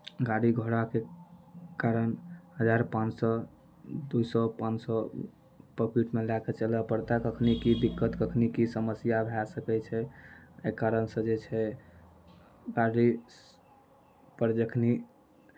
गाड़ी घोड़ाके कारण हजार पाॅंच सए दुइ सए पाॅंछ सए पाॅकिटमे लऽ कऽ चलए पड़तै कखनी की दिक्कत कखनी की समस्या भऽ सकै छै एहि कारण सऽ जे छै गाड़ी पर जखनी